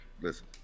listen